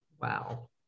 Wow